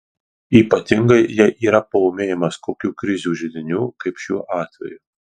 ypatingai jei yra paūmėjimas kokių krizių židinių kaip šiuo atveju